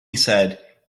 said